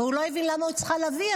והוא לא הבין למה היא צריכה להביא,